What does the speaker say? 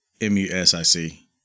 M-U-S-I-C